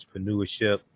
entrepreneurship